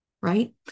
right